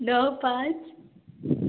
ड पांच